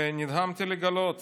ונדהמתי לגלות